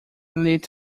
lit